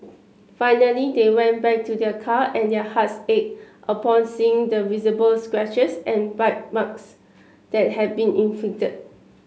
finally they went back to their car and their hearts ached upon seeing the visible scratches and bite marks that had been inflicted